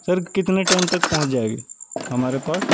سر کتنے ٹائم تک پہنچ جائے گی ہمارے پاس